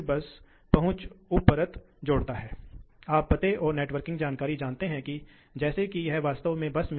ऊर्जा बचत के मामले में आपको भारी लाभ होने वाला है सही है